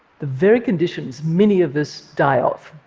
the very conditions many of us die of.